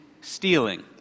stealing